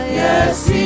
yes